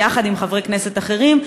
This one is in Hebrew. יחד עם חברי כנסת אחרים,